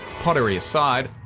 pottery aside,